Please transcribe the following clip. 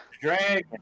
Dragon